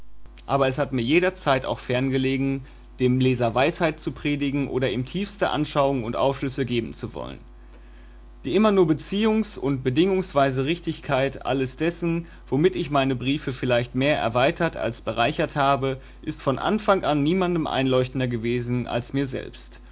aber es hat mir jederzeit auch ferngelegen dem leser weisheit predigen oder ihm tiefste anschauungen und aufschlüsse geben zu wollen die immer nur beziehungs und bedingungsweise richtigkeit alles dessen womit ich meine briefe vielleicht mehr erweitert als bereichert habe ist von anfang an niemandem einleuchtender gewesen als mir selbst